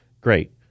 Great